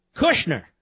Kushner